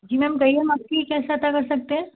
जी ma'am कहिए हम आपकी क्या सहायता कर सकते हैं